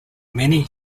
many